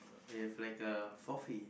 they have like uh forfeit